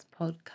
podcast